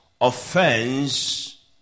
offense